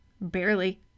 Barely